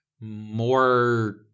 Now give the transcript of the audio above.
more